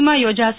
માં યોજાશે